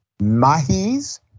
Mahis